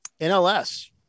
NLS